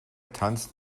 tanzt